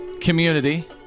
community